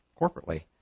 corporately